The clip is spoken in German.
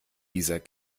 dieser